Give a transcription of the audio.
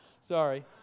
Sorry